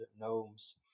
gnomes